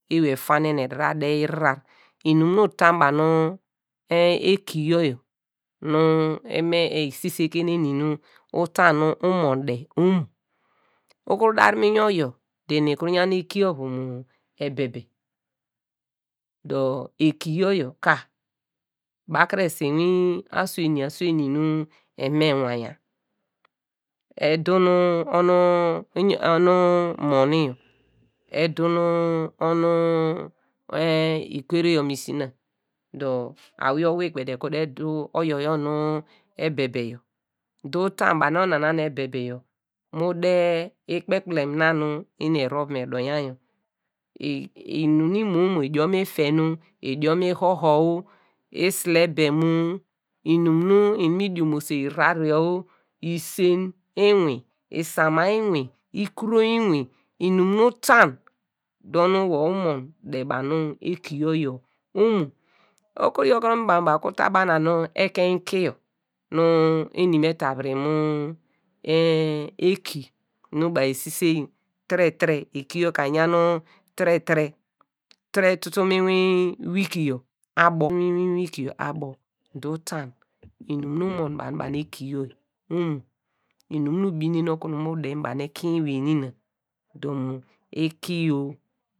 Ewey efanen eda ede ahran inum nu uta banu eki yor yor nu esise ke nu eni yor, nu uta nu umon de omo, ukuru dar mi inwin oyor dor em eyan eki ovu mu, ebebe dor eki yor yor ka bakre su inwin asu eny asu eny nu wa me wynya edu nu onu moni. edu nu onu ehn ikwere yor mu esina dor awiye owikpe dor ede du oyor yor nu ebebe yor dor uta banu ona na nu ebebe yor mu de ikpe kpilam na nu eni erov ne doin ya yor inum nu imo imo, idiom ifeno, idiom ihoho o, esilebem o lnum nu me diomose lhrar yor o. isen inwin, isama eh, ikuro lnwin lnum mu uta dor nu wor umon dọ banu eki yor yor imo. ukuru yo- kuro ban ba ukuru tan mu banu ekein ikiyo nu emi me tavir. mu eki nu baw esisen yor tire tire, eki yor ka eyan tire tire, tire tutu mu lnwin wiki yor abo dor utan lnum nu umon biu banu ba nu ekiyo imo, inum nu ubinen okunu mu de banu ekein ewey nina dor mu ikio